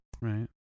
Right